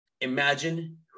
imagine